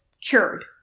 cured